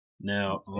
Now